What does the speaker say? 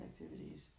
activities